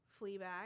Fleabag